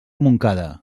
montcada